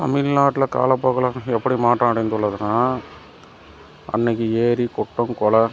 தமிழ் நாட்டில் காலப்போக்கில் எப்படி மாற்றம் அடைந்துள்ளதுனால் அன்றைக்கி ஏரி குட்டை குளம்